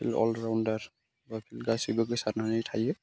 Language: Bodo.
अल राउण्डार गासैबो गोसारनानै थायो